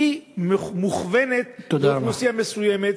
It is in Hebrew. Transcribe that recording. היא מוכוונת לאוכלוסייה מסוימת,